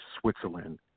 Switzerland